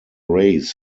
rays